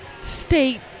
state